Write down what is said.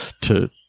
to-